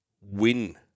win